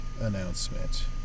announcement